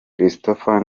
christopher